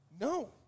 No